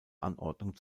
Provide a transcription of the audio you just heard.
anordnung